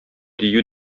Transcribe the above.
дию